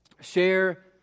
share